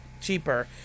cheaper